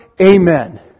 Amen